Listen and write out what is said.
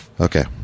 okay